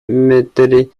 memorial